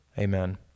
Amen